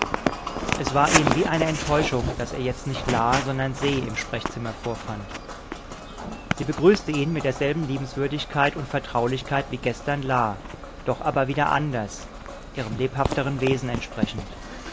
es war ihm wie eine enttäuschung daß er jetzt nicht la sondern se im sprechzimmer vorfand sie begrüßte ihn mit derselben liebenswürdigkeit und vertraulichkeit wie gestern la doch aber wieder anders ihrem lebhafteren wesen entsprechend